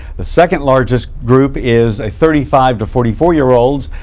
the second largest group is thirty five to forty four year olds.